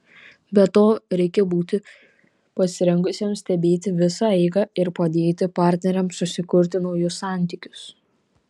be to reikia būti pasirengusiam stebėti visą eigą ir padėti partneriams susikurti naujus santykius